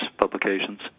publications